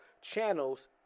channels